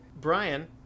Brian